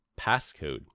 passcode